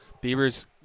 Beavers